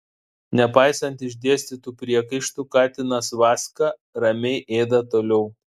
nepaisant išdėstytų priekaištų katinas vaska ramiai ėda toliau